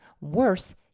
Worse